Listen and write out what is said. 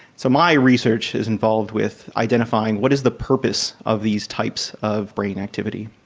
so my research is involved with identifying what is the purpose of these types of brain activity.